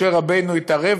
משה רבנו התערב,